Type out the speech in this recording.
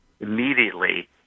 immediately